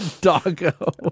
Doggo